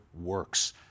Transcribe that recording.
works